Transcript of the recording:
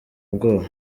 bwoba